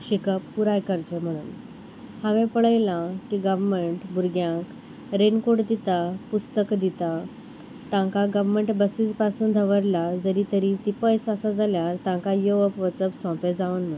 शिकप पुराय करचें म्हणून हांवें पळयलां की गव्हर्मेंट भुरग्यांक रेनकोट दिता पुस्तकां दिता तांकां गव्हर्मेंट बसीस पासून दवरला जरी तरी ती पयस आसा जाल्यार तांकां येवप वचप सोंपें जावन म्हणून